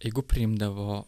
jeigu priimdavo